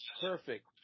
perfect